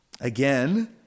Again